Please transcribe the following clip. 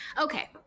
Okay